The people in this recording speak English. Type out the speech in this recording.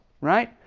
right